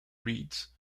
reads